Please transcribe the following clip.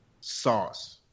sauce